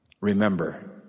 Remember